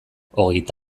hogeita